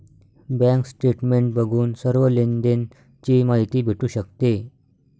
bank statement बघून सर्व लेनदेण ची माहिती भेटू शकते